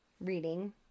Reading